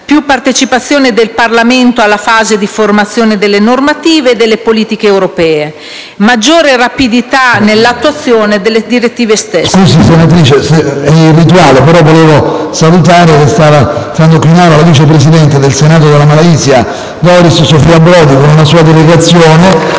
più partecipazione del Parlamento alla fase di formazione delle normative e delle politiche europee e maggiore rapidità nell'attuazione delle direttive stesse.